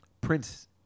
Prince